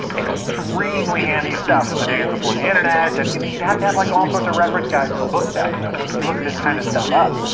extremely handy stuff in the days before the internet. and you'd you'd have to have like all sorts of reference guides and books out to look this kind of stuff up.